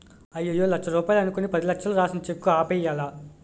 అయ్యయ్యో లచ్చ రూపాయలు అనుకుని పదిలచ్చలు రాసిన సెక్కు ఆపేయ్యాలా